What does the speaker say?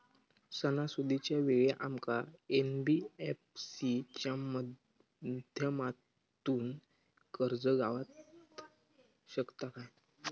सणासुदीच्या वेळा आमका एन.बी.एफ.सी च्या माध्यमातून कर्ज गावात शकता काय?